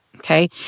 Okay